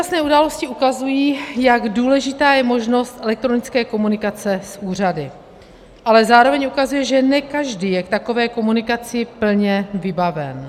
Současné události ukazují, jak důležitá je možnost elektronické komunikace s úřady, ale zároveň ukazují, že ne každý je k takové komunikaci plně vybaven.